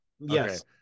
yes